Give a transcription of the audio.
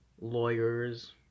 lawyers